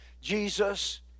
Jesus